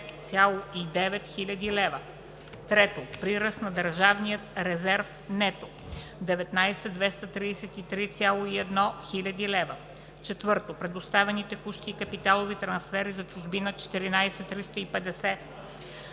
3. Прираст на държавния резерв (нето) 19 233,1 хил. лв. 4. Предоставени текущи и капиталови трансфери за чужбина 14 350,0